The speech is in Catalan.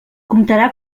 comptarà